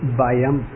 bayam